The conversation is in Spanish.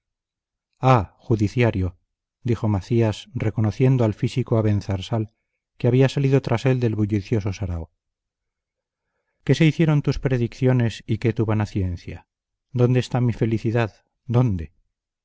ah judiciario dijo macías reconociendo al físico abenzarsal que había salido tras él del bullicioso sarao qué se hicieron tus predicciones y qué tu vana ciencia dónde está mi felicidad dónde